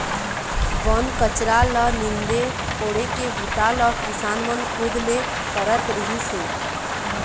बन कचरा ल नींदे कोड़े के बूता ल किसान मन खुद ले करत रिहिस हे